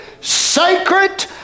sacred